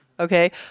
Okay